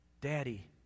Daddy